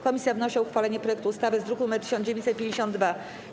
Komisja wnosi o uchwalenie projektu ustawy z druku nr 1952.